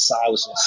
Thousands